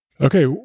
Okay